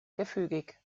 gefügig